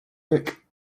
make